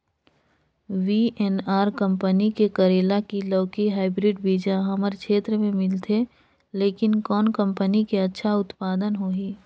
VNR company के करेला की लौकी हाईब्रिड बीजा हमर क्षेत्र मे मिलथे, लेकिन कौन कंपनी के अच्छा उत्पादन होही?